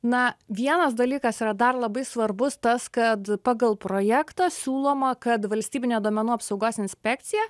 na vienas dalykas yra dar labai svarbus tas kad pagal projektą siūloma kad valstybinė duomenų apsaugos inspekcija